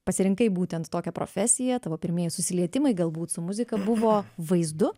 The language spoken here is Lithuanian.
pasirinkai būtent tokią profesiją tavo pirmieji susilietimai galbūt su muzika buvo vaizdu